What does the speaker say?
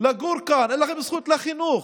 לגור כאן, אין לכם זכות לחינוך.